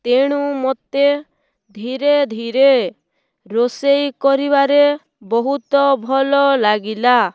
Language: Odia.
ତେଣୁ ମତେ ଧୀରେ ଧୀରେ ରୋଷେଇ କରିବାରେ ବହୁତ ଭଲ ଲାଗିଲା